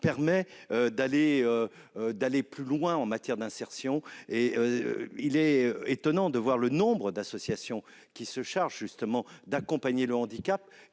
permet d'aller plus loin en matière d'insertion. Il est étonnant de voir le nombre d'associations qui se chargent d'accompagner le handicap